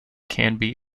canby